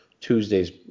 Tuesday's